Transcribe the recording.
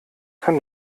kann